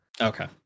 okay